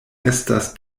estas